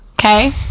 Okay